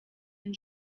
and